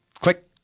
Click